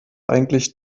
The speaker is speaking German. eigentlich